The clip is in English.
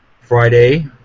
Friday